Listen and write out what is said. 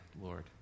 Lord